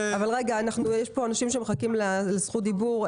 יש פה אנשים שמחכים לזכות הדיבור.